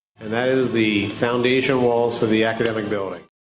and that is the foundation walls for the academic building.